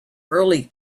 early